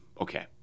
Okay